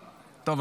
טוב,